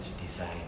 design